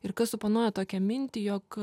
ir kas suponuoja tokią mintį jog